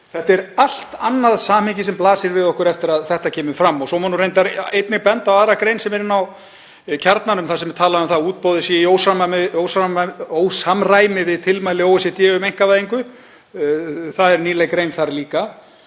Þetta er allt annað samhengi sem blasir við okkur eftir að þetta kemur fram. Og svo má reyndar einnig benda á aðra grein sem er á Kjarnanum þar sem er talað um að útboðið sé í ósamræmi við tilmæli OECD um einkavæðingu. Það er nýleg grein þar líka.